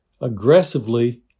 aggressively